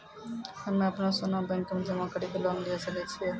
हम्मय अपनो सोना बैंक मे जमा कड़ी के लोन लिये सकय छियै?